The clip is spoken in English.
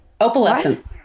Opalescent